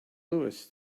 louis